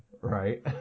Right